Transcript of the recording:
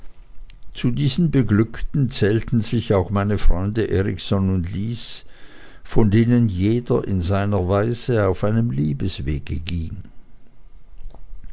zu diesen beglückten zählten sich auch meine freunde erikson und lys von denen jeder in seiner weise auf einem liebeswege ging